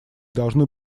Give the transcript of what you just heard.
должны